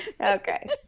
okay